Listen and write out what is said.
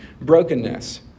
brokenness